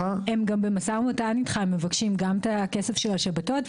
במשא ומתן איתך הם מבקשים גם את הכסף של השבתות,